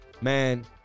Man